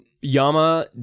Yama